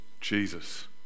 Jesus